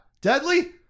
deadly